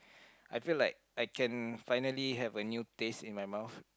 I feel like I can finally have a new taste in my mouth